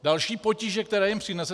Další potíže, které jim přinese.